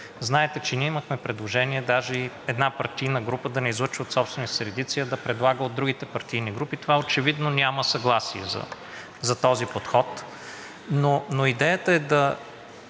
Знаете, че ние имахме предложение даже една партийна група да не излъчва от собствените си редици, а да предлага от другите партийни групи. Очевидно няма съгласие за този подход, но идеята е да